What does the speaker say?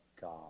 God